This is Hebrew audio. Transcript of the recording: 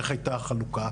איך הייתה החלוקה,